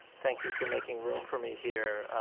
thank you for making room for me here,